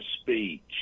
speech